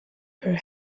her